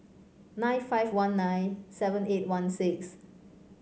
nine five one nine seven eight one six